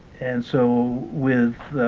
and so with